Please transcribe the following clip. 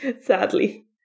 Sadly